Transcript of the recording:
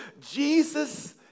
Jesus